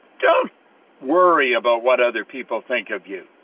don't worry about what other people think of you.